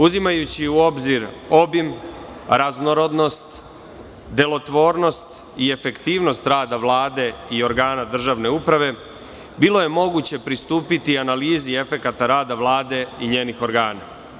Uzimajući u obzir obim, raznorodnost, delotvornost i efektivnost rada Vlade i organa državne uprave bilo je moguće pristupiti analizi efekata rada Vlade i njenih organa.